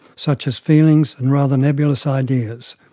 such as feelings and rather nebulous ideas.